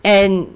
and